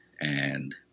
and-